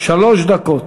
שלוש דקות.